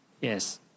Yes